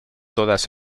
todas